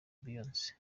beyonce